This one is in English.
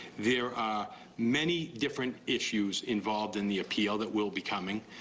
there are many different issues involved in the appeal that will be coming.